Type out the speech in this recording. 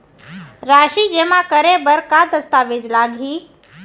राशि जेमा करे बर का दस्तावेज लागही?